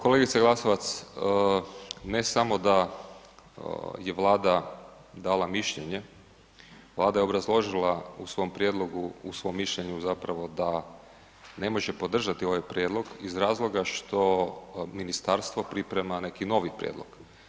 Pa kolegice Glasovac, ne samo da je Vlada dala mišljenje, Vlada je obrazložila u svom prijedlogu, u svom mišljenju zapravo da ne može podržati ovaj prijedlog iz razloga što ministarstvo priprema neki novi prijedlog.